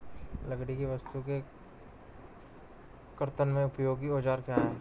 लकड़ी की वस्तु के कर्तन में उपयोगी औजार क्या हैं?